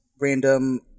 random